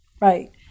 Right